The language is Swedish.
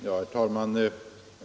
Herr talman!